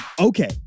Okay